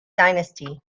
dynasty